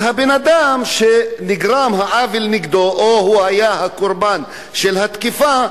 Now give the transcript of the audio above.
אז הבן-אדם שנגרם לו העוול או שהיה הקורבן של התקיפה,